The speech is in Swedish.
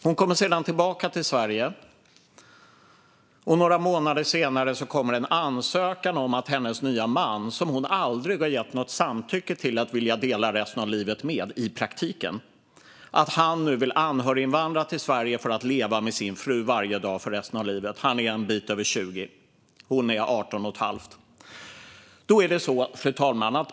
Hon kommer sedan tillbaka till Sverige, och några månader senare kommer en ansökan från hennes nya man, som hon aldrig i praktiken har gett sitt samtycke till att dela resten av livet med, om att anhöriginvandra till Sverige för att leva med sin fru varje dag för resten av livet. Han är en bit över 20; hon är 18 1⁄2.